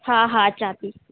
हा हा अचां थी